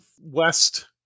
west